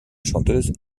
chanteuse